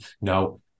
No